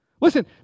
Listen